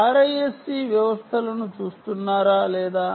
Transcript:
కాబట్టి ఇది అస్పష్టంగా ఉంది